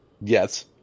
Yes